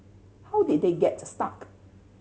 how did they get stuck